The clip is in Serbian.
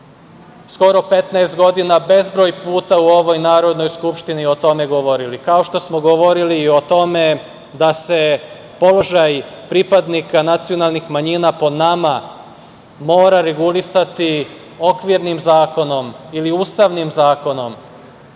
skoro 15 godina, bezbroj puta u ovoj Narodnoj skupštini o tome govorili, kao što smo govorili i o tome da se položaj pripadnika nacionalnih manjina po nama mora regulisati okvirnim zakonom ili ustavnim zakonom,